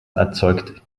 erzeugt